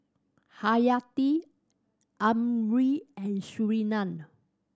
Hayati Amrin and Surinam